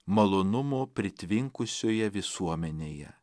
malonumo pritvinkusioje visuomenėje